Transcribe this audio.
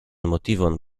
motivon